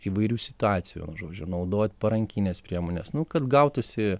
įvairių situacijų žodžiu naudot parankines priemones nu kad gautųsi